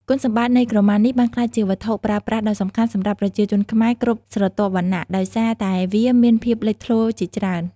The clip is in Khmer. គុណសម្បត្តិនៃក្រមានេះបានក្លាយជាវត្ថុប្រើប្រាស់ដ៏សំខាន់សម្រាប់ប្រជាជនខ្មែរគ្រប់ស្រទាប់វណ្ណៈ ដោយសារតែវាមានភាពលេចធ្លោជាច្រើន។